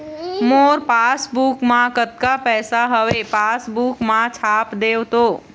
मोर passbook मा कतका पैसा हवे पासबुक मा छाप देव तो?